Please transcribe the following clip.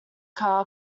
car